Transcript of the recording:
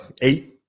eight